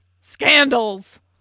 Scandals